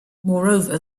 moreover